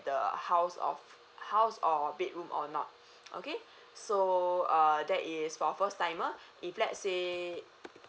the house of house of bedroom or not okay so err that is for a first timer if let's say